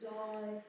die